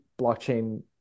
blockchain